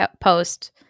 post